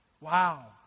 Wow